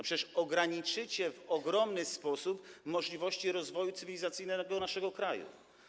Przecież ograniczycie w ogromny sposób możliwości rozwoju cywilizacyjnego naszego kraju.